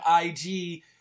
IG